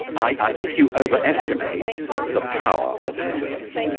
i think you overestimate the power of the church.